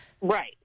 Right